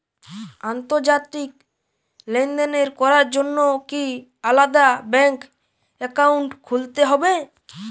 আন্তর্জাতিক লেনদেন করার জন্য কি আলাদা ব্যাংক অ্যাকাউন্ট খুলতে হবে?